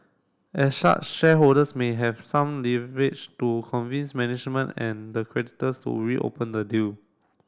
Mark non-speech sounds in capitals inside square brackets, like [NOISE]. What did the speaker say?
as [UNINTELLIGIBLE] shareholders may have some leverage to convince management and the creditors to reopen the deal